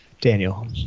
Daniel